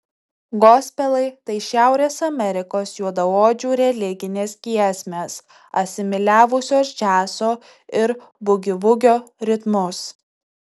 gospelai tai šiaurės amerikos juodaodžių religinės giesmės asimiliavusios džiazo ir bugivugio ritmus